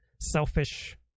selfish